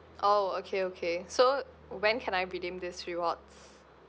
oh okay okay so when can I redeem this rewards